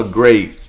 great